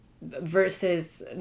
versus